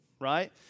right